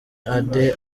ade